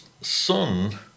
son